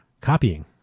copying